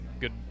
good